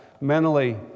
Mentally